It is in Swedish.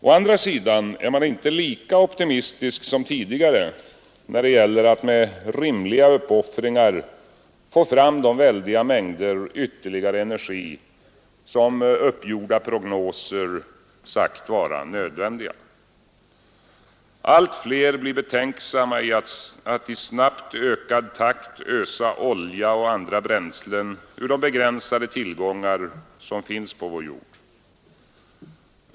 Å andra sidan är man inte lika optimistisk som tidigare när det gäller att med rimliga uppoffringar få fram de väldiga mängder ytterligare energi som uppgjorda prognoser sagt vara nödvändiga. Allt fler blir betänksamma inför att i snabbt ökad takt ösa olja och andra bränslen ur de begränsade tillgångar som finns på vår jord.